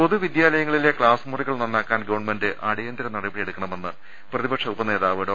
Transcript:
പൊതുവിദ്യാലയങ്ങളിലെ class മുറികൾ നന്നാക്കാൻ government അടിയന്തര നടപടിയെടുക്കണമെന്ന് പ്രതിപക്ഷ ഉപനേ താവ് ഡോ